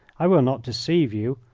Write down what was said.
i will not deceive you.